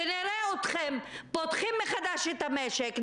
ונראה אתכם פותחים מחדש את המשק,